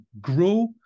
grow